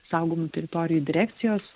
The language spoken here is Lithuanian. saugomų teritorijų direkcijos